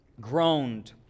groaned